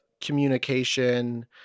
communication